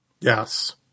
Yes